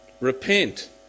Repent